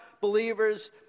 believers